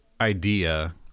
idea